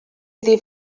iddi